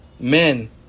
Men